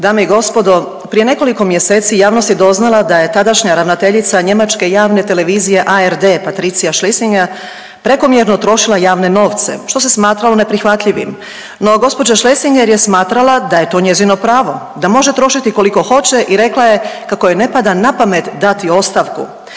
Dame i gospodo prije nekoliko mjeseci javnost je doznala da je tadašnja ravnateljica njemačke javne televizije ARD Patricija Schlesinger prekomjerno trošila javne novce što se smatralo neprihvatljivim. No, gospođa Schlesinger je smatrala da je to njezino pravo da može trošiti koliko hoće i rekla je kako joj ne pada napamet dati ostavku.